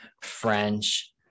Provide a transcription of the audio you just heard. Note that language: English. French